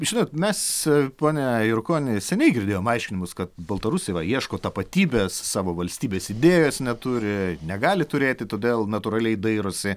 žinot mes pone jurkoni seniai girdėjom aiškinimus kad baltarusiai va ieško tapatybės savo valstybės idėjos neturi negali turėti todėl natūraliai dairosi